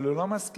אבל הוא לא משכיל,